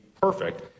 perfect